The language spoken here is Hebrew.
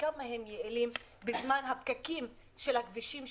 וכמה הם יעילים בזמן הפקקים בכבישים,